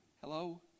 Hello